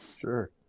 Sure